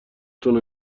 تون